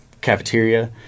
cafeteria